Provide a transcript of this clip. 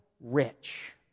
rich